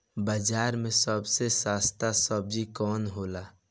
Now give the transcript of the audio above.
बाजार मे सबसे सस्ता सबजी कौन होला?